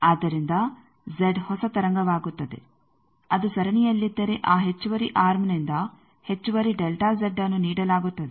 ಆದ್ದರಿಂದ Z ಹೊಸ ತರಂಗವಾಗುತ್ತದೆ ಅದು ಸರಣಿಯಲ್ಲಿದ್ದರೆ ಆ ಹೆಚ್ಚುವರಿ ಆರ್ಮ್ನಿಂದ ಹೆಚ್ಚುವರಿ ಅನ್ನು ನೀಡಲಾಗುತ್ತದೆ